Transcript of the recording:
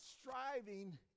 striving